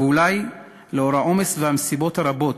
ואולי, לנוכח העומס והמשימות הרבות